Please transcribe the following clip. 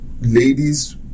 ladies